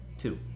Two